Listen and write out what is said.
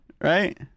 Right